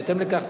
בהתאם לכך,